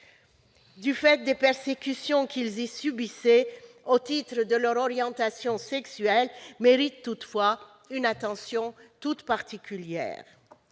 du fait des persécutions qu'ils y subissaient au titre de leur orientation sexuelle mérite toutefois une attention toute particulière.